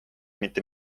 mitte